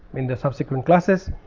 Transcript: in the subsequent classes.